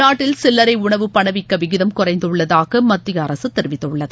நாட்டில் சில்லரை உணவு பணவீக்க விகிதம் குறைந்துள்ளதாக மத்திய அரசு தெரிவித்துள்ளது